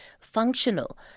functional